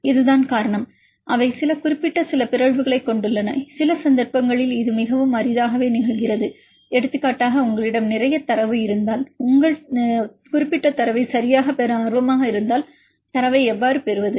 இதுதான் காரணம் அவை சில குறிப்பிட்ட சில பிறழ்வுகளைக் கொண்டுள்ளன சில சந்தர்ப்பங்களில் இது மிகவும் அரிதாகவே நிகழ்கிறது எடுத்துக்காட்டாக உங்களிடம் நிறைய தரவு இருந்தால் மற்றும் ஏதேனும் குறிப்பிட்ட தரவை சரியாகப் பெற ஆர்வமாக இருந்தால் தரவை எவ்வாறு பெறுவது